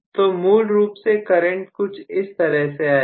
तो मूल रूप से करंट कुछ इस तरह से जाएगा